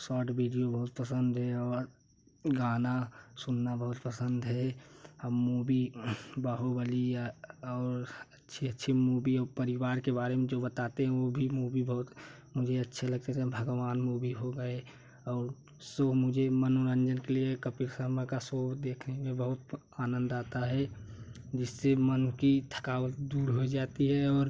short video बहुत पसंद है और गाना सुनना बहुत पसंद है हम मुबी बाहुबली या और अच्छी अच्छी मुबी और परिवार के बारे में जो बताते हैं वह भी मुबी बहुत मुझे अच्छी लगते थे भगवान मुबी हो गए और सो मुझे मनोरंजन के लिए कपिल शर्मा का शॉ देखने में बहुत आनंद आता है जिससे मन की थकावट दूर हो जाती है और